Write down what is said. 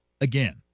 Again